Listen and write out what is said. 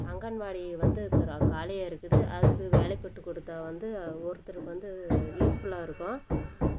அங்கன்வாடி வந்து இருக்கிற காலியாக இருக்குது அதுக்கு வேலை போட்டு கொடுத்தா வந்து ஒருத்தருக்கு வந்து யூஸ்ஃபுல்லாக இருக்கும்